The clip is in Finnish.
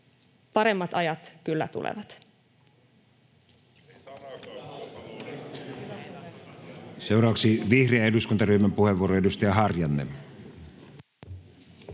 Paremmat ajat kyllä tulevat.